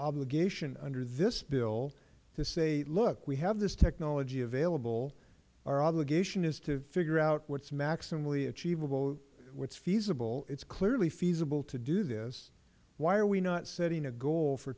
obligation under this bill to say look we have this technology available our obligation is to figure out what is maximally achievable what is feasible it is clearly feasible to do this why are we not setting a goal for